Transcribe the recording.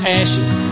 ashes